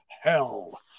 hell